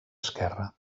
esquerra